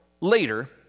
later